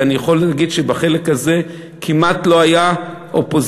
ואני יכול להגיד שבחלק הזה כמעט לא היו אופוזיציה